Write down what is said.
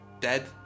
dead